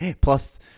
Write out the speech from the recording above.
plus